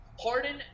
Harden